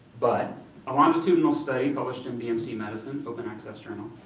but a longitudinal study published in bmc medicine, open-access journal,